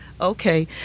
Okay